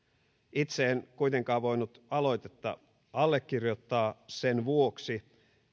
itse en kuitenkaan voinut aloitetta allekirjoittaa sen vuoksi